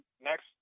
next